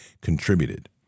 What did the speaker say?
contributed